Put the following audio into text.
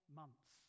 months